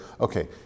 okay